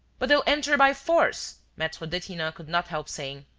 but they'll enter by force! maitre detinan could not help saying.